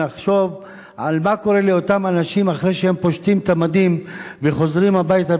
נחשוב על מה שקורה לאותם אנשים אחרי שהם פושטים את המדים וחוזרים הביתה,